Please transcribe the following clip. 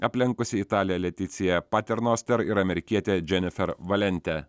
aplenkusi italę leticia paternoster ir amerikietę dženifer valente